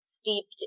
steeped